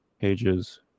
pages